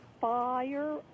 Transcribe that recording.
Fire